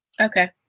Okay